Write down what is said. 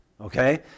Okay